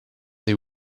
they